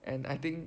and I think